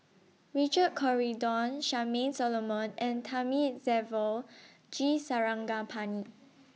Richard Corridon Charmaine Solomon and Thamizhavel G Sarangapani